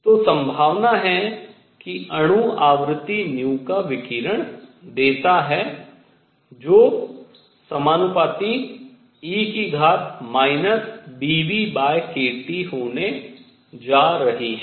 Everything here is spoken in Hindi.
तो संभावना है कि अणु आवृत्ति का विकिरण देता है जो e βνkT होने जा रही है